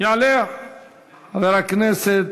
יעלה חבר הכנסת,